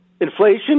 inflation